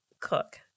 Cook